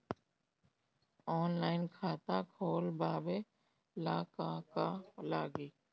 Online खाता खोलबाबे ला का का लागि?